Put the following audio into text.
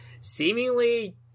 seemingly